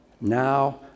Now